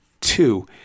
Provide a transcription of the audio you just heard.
two